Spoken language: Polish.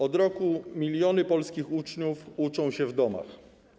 Od roku miliony polskich uczniów uczą się w domach.